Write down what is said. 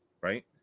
right